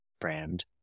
brand